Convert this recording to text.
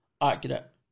accurate